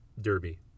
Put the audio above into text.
derby